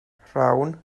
rhawn